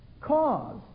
cause